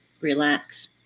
relax